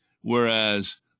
whereas